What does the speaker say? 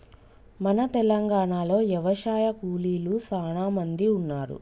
మన తెలంగాణలో యవశాయ కూలీలు సానా మంది ఉన్నారు